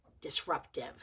disruptive